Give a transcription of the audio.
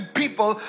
people